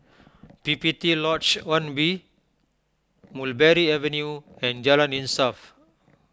P P T Lodge one B Mulberry Avenue and Jalan Insaf